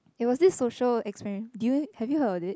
it was this social experi~ do you have you heard of it